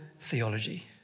theology